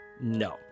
No